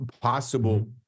possible